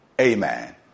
amen